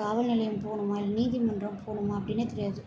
காவல்நிலையம் போகணுமா இல்லை நீதி மன்றம் போகணுமா அப்படினே தெரியாது